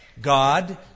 God